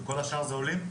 כל השאר הם עולים?